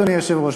אדוני היושב-ראש.